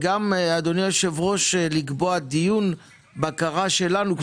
אדוני היושב-ראש, גם לקבוע דיון בקרה שלנו.